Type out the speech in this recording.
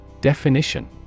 Definition